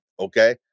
okay